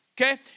okay